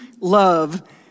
love